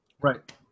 Right